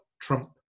trump